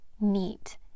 neat